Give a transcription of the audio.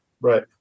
Right